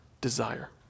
desire